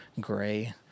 gray